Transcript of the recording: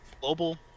global